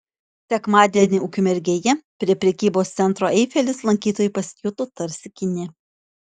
sekmadienį ukmergėje prie prekybos centro eifelis lankytojai pasijuto tarsi kine